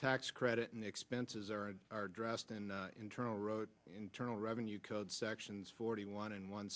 tax credit and expenses are dressed in internal internal revenue code sections forty one and one